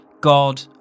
God